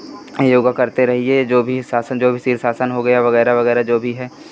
योगा करते रहिए जो भी षासन जो भी शीर्षासन हो गया वगैरह वगैरह जो भी है